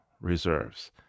reserves